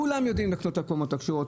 כולם יודעים לקנות את הקומות הכשרות,